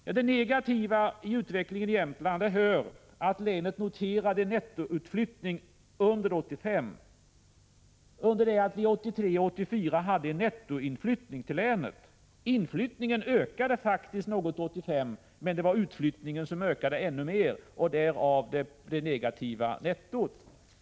Till det negativa med utvecklingen i Jämtland hör att länet noterade en nettoutflyttning 1985, under det att man 1983 och 1984 hade haft en nettoinflyttning till länet. Inflyttningen ökade faktiskt något under 1985, men utflyttningen ökade ännu mer, därav det negativa nettot.